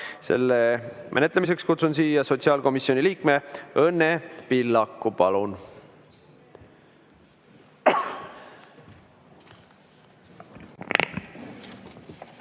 Selle menetlemiseks kutsun siia sotsiaalkomisjoni liikme Õnne Pillaku. Palun!